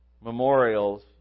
memorials